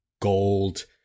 gold